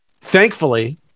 thankfully